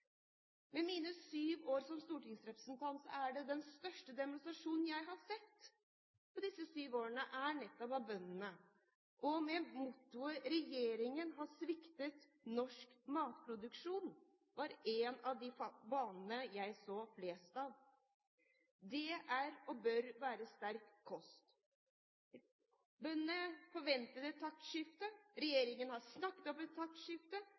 Med mine sju år som stortingsrepresentant er den største demonstrasjonen jeg har sett på disse sju årene, bøndenes. Regjeringen har sviktet norsk matproduksjon, sto det på de fanene jeg så flest av. Det er – og bør være – sterk kost. Bøndene forventet et taktskifte, regjeringen har snakket om et taktskifte